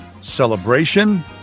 Celebration